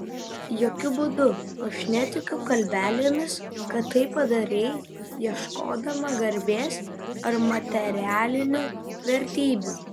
jokiu būdu aš netikiu kalbelėmis kad tai padarei ieškodama garbės ar materialinių vertybių